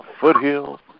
foothills